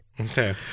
Okay